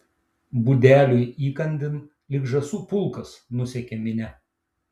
budeliui įkandin lyg žąsų pulkas nusekė minia